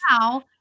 now